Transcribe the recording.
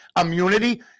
immunity